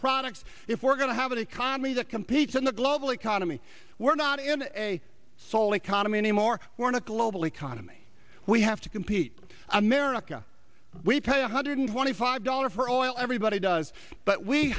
products if we're going to have an economy that competes in the global economy we're not in a sole economy anymore we're in a global economy we have to compete with america we pay one hundred twenty five dollars for oil everybody does but we